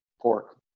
Pork